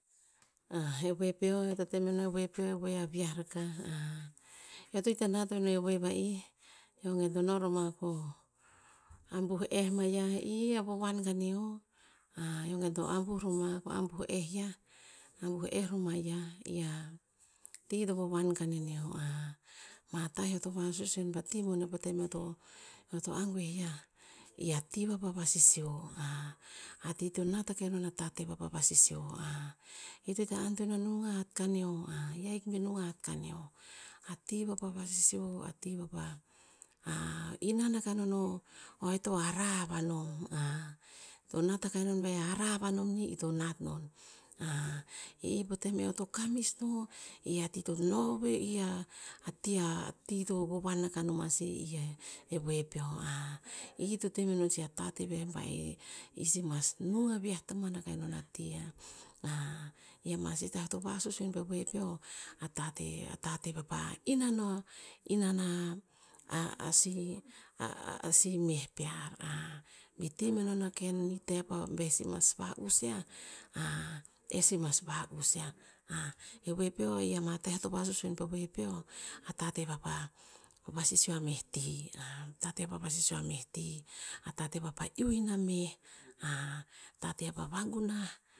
eh we peo, eo to temenon e we peo a viah rakah. eo to ita nat o eh we va'i, eo gen to noroma ko ambuh eh maiah. I a vowoan kaneo eo gen to ambuh roma, ko ambuh eh yia ambuh eh roma yia. I a ti to vowoan kaneo. ma tah eo to vasusuin pe ti boneh po tem eo to angwe yia, i a ti va- va- vasisio. a ti to nat akah ino tateh vapa vasisio. ito ita antoen a nung a hat kaneo, i ahik bi nung a hat kaneo. A ti vapa vasisio, a ti vapa inan akah non o- o eo to hara ava nom. to nat akah non be eo nom nih, ito nat non. eh i po tem eo to kamis no, i a ti to no ve'i ati- ati a- ati to vowoan akah noma sih, i a eh we peo. i to temenon sih a tateh ve be, i sih mas nung aviah tamuan akah no a ti. i ama tah eo to vasus en pe we peo, a tateh- a tateh vapa inan a inan a- a- a sih a- a sih meh pear. be temenom a ken tah pa, be sih mas va'us yia, eh sih mas va'us yia. e we peo, i ama tah eo to vasusuen pe we peo, a tateh vapa vasisio a meh ti. tateh vapa vasisio a meh ti, atateh vapa iuh inah meh, tateh vapa va gunah